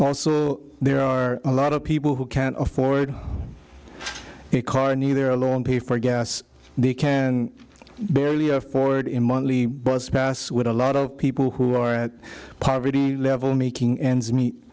also there are a lot of people who can't afford a car neither along pay for gas they can barely afford in monthly bus pass would a lot of people who are at poverty level making ends meet